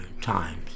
times